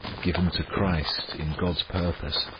given to christ in god's purpose,